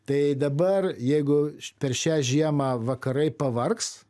tai dabar jeigu per šią žiemą vakarai pavargs